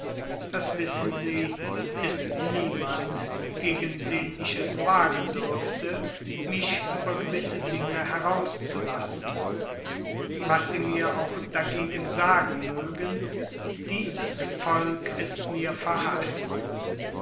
das wissen sie ist niemand gegen den ich es wagen dürfte mich über gewisse dinge herauszulassen was sie mir auch dagegen sagen mögen dieses volk ist mir verhaßt